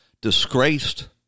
disgraced